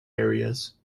areas